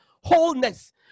wholeness